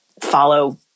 follow